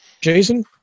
Jason